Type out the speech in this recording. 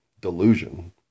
delusion